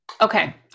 okay